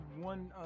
one